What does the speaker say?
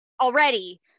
already